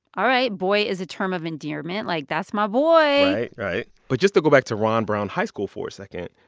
all right boy is a term of endearment. like, that's my boy right. but just to go back to ron brown high school for a second,